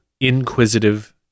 inquisitive